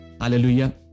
Hallelujah